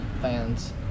fans